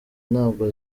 ntabwo